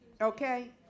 okay